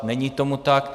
Není tomu tak.